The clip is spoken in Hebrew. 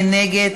מי נגד?